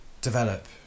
develop